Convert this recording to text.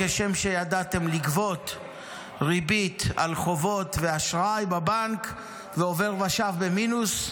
כשם שידעתם לגבות ריבית על חובות ואשראי בבנק ועובר ושב במינוס,